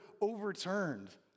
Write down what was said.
overturned